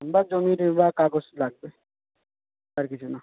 আপনার জমির ঋণ দেওয়া কাগজ লাগবে আর কিছু না